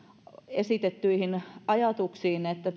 esitettyihin ajatuksiin siitä että